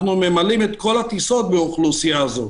אנחנו ממלאים את כל הטיסות באוכלוסייה זו.